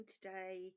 today